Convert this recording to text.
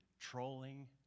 trolling